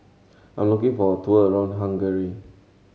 I am looking for a tour around Hungary